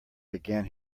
began